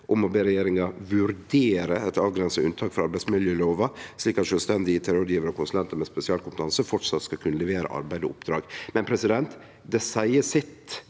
ber regjeringen vurdere et avgrenset unntak fra arbeidsmiljøloven slik at selvstendige ITrådgivere og konsulenter med spesialkompetanse fortsatt skal kunne levere arbeid og oppdrag. Presidenten: Høyre,